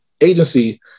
agency